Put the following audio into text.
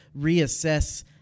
reassess